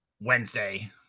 Wednesday